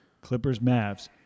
Clippers-Mavs